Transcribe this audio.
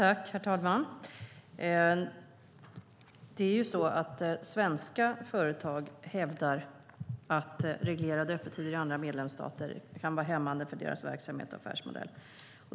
Herr talman! Svenska företag hävdar att reglerade öppettider i andra medlemsstater kan vara hämmande för deras verksamheter och affärsmodeller.